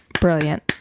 brilliant